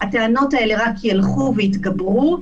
הטענות האלה רק ילכו ויתגברו,